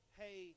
hey